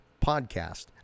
podcast